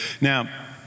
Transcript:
now